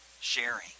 sharing